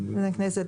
חבר הכנסת,